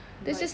vibe